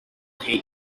hate